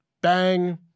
Bang